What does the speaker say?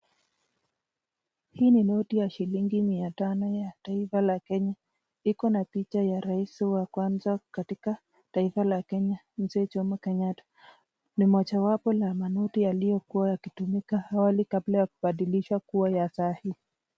Hii ni noti ya shilingi mia tano ya taifa la Kenya. Iko na picha ya rais wa kwanza katika taifa la Kenya, mzee Jomo Kenyatta. Ni mojawapo la manoti yaliyokuwa yakitumika awali kabla ya kubadilishwa kuwa ya saa hii.